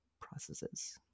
processes